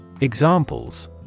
Examples